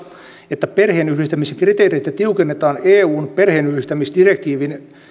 että perheenyhdistämiskriteereitä tiukennetaan eun perheenyhdistämisdirektiivin